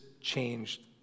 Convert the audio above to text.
changed